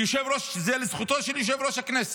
וזה לזכותו של יושב-ראש הכנסת,